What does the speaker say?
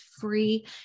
free